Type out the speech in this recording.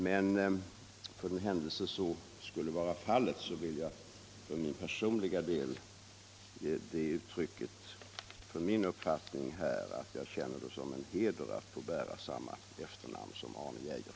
För den händelse så skulle vara fallet, vill jag för min personliga del säga att jag känner det som en heder att få bära samma efternamn som Arne Geijer.